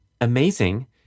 amazing